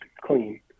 clean